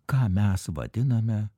ką mes vadiname